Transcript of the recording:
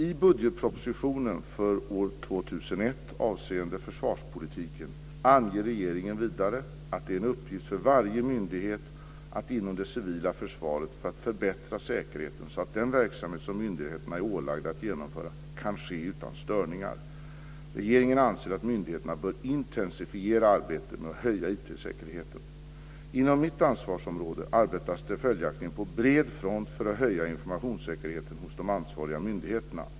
I budgetpropositionen för år 2001 avseende försvarspolitiken anger regeringen vidare att det är en uppgift för varje myndighet inom det civila försvaret att förbättra säkerheten så att den verksamhet som myndigheterna är ålagda att genomföra kan ske utan störningar. Regeringen anser att myndigheterna bör intensifiera arbetet med att höja IT säkerheten. Inom mitt ansvarsområde arbetas det följaktligen på bred front för att höja informationssäkerheten hos de ansvariga myndigheterna.